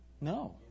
No